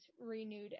renewed